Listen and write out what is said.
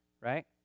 Right